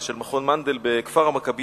של מכון מנדל בכפר-המכבייה,